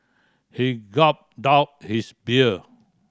he gulped down his beer